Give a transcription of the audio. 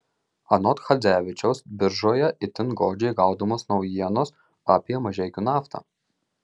anot chadzevičiaus biržoje itin godžiai gaudomos naujienos apie mažeikių naftą